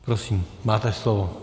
Prosím, máte slovo.